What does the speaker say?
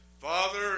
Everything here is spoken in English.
Father